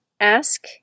Ask